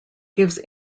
gives